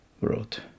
wrote